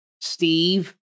Steve